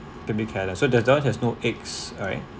baby kailan so that one has no eggs right